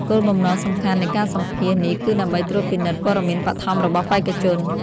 គោលបំណងសំខាន់នៃការសម្ភាសន៍នេះគឺដើម្បីត្រួតពិនិត្យព័ត៌មានបឋមរបស់បេក្ខជន។